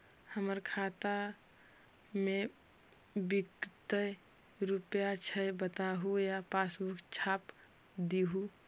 हमर खाता में विकतै रूपया छै बताबू या पासबुक छाप दियो?